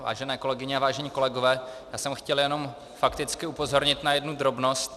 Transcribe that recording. Vážené kolegyně, vážení kolegové, já jsem chtěl jenom fakticky upozornit na jednu drobnost.